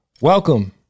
Welcome